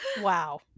wow